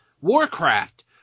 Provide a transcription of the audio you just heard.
Warcraft